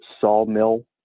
sawmill